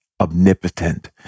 omnipotent